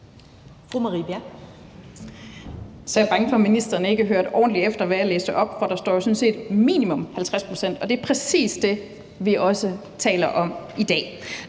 er jeg bange for, at ministeren ikke har hørt ordentligt efter, hvad jeg læste op, for der står jo sådan set minimum 50 pct., og det er præcis det, vi også taler om i dag.